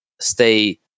stay